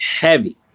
heavy